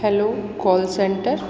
hello call centre